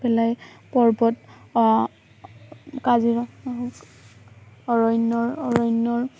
পেলাই পৰ্বত অৰণ্যৰ অৰণ্যৰ